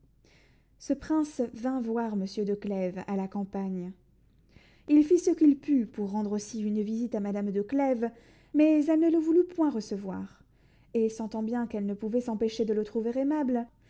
ce prince vint voir monsieur de clèves à la campagne il fit ce qu'il put pour rendre aussi une visite à madame de clèves mais elle ne le voulut point recevoir et sentant bien qu'elle ne pouvait s'empêcher de le trouver aimable